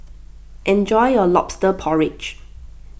enjoy your Lobster Porridge